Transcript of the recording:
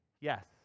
yes